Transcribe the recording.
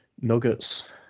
nuggets